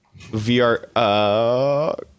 VR